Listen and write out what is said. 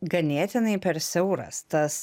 ganėtinai per siauras tas